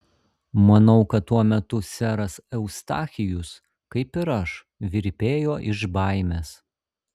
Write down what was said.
manau kad tuo metu seras eustachijus kaip ir aš virpėjo iš baimės